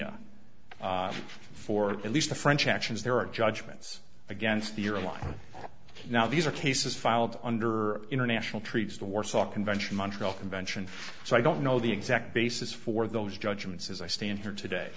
yemenia for at least the french actions there are judgments against the euro line now these are cases filed under international treaties the warsaw convention montreal convention so i don't know the exact basis for those judgments as i stand here today